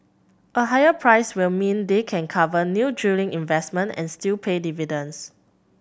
a higher price will mean they can cover new drilling investment and still pay dividends